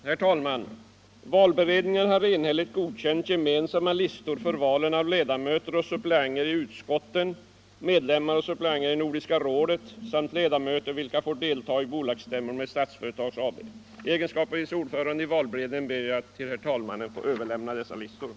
Herr talman! Valberedningen har enhälligt godkänt gemensamma listor för valen av ledamöter och suppleanter i utskotten, medlemmar och suppleanter i Nordiska rådet samt ledamöter vilka får delta i bolagsstämmor med Statsföretag AB. I egenskap av vice ordförande i valberedningen ber jag att till herr talmannen få överlämna de gemensamma listorna.